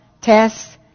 tests